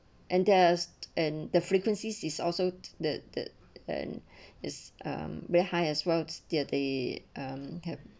and there's and the frequencies is also the the and is um where highest votes there they have